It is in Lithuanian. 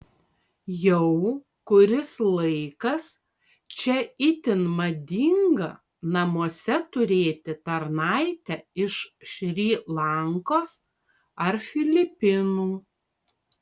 jau kuris laikas čia itin madinga namuose turėti tarnaitę iš šri lankos ar filipinų